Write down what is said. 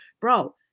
Bro